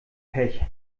pech